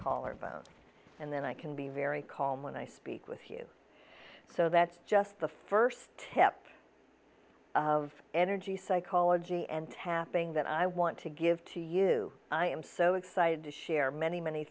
collarbone and then i can be very calm when i speak with you so that's just the first tip of energy psychology and tapping that i want to give to you i am so excited to share many many